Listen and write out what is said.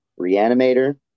reanimator